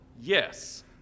yes